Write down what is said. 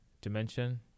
dimension